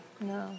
No